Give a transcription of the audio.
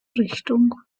richtung